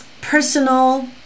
personal